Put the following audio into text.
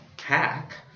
hack